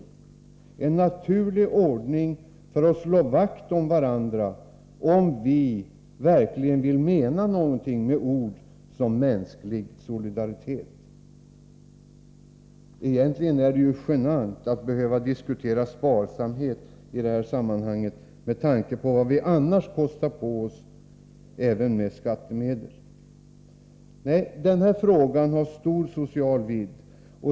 Det är en naturlig ordning när det gäller att slå vakt om varandra, om vi nu verkligen menar något med sådana ord som mänsklig solidaritet. Egentligen är det genant att behöva diskutera sparsamhet i det här sammanhanget med tanke på vad vi annars kostar på oss, även med skattemedel. Denna fråga har en stor social vidd.